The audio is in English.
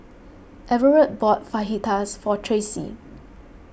Everett bought Fajitas for Tracee